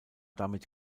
damit